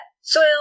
soil